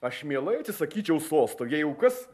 aš mielai atsisakyčiau sosto jeigu kas